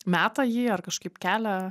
meta jį ar kažkaip kelia